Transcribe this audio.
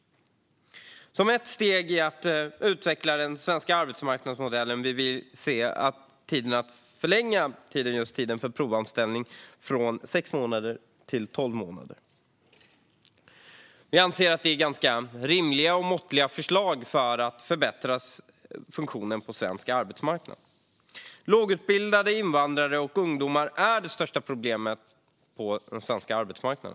Som ett steg i att utveckla den svenska arbetsmarknadsmodellen vill vi förlänga tiden för provanställning i anställningsskyddslagen från sex till tolv månader. Vi anser att detta är ganska rimliga och måttliga förslag för att förbättra funktionen på svensk arbetsmarknad. Lågutbildade invandrare och ungdomar är det största problemet på svensk arbetsmarknad.